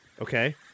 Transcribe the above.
Okay